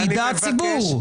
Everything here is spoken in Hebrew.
שידע הציבור.